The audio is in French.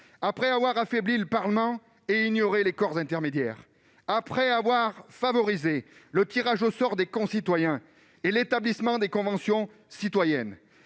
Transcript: Après avoir affaibli le Parlement et ignoré les corps intermédiaires, après avoir favorisé le tirage au sort des concitoyens et l'établissement de conventions citoyennes,